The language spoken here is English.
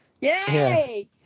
Yay